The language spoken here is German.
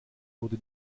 wurde